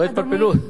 לא התפלפלות,